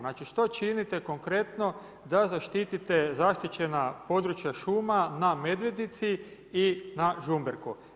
Znači što činite konkretno da zaštitite zaštićena područja šuma na Medvednici i na Žumberku.